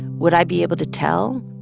would i be able to tell?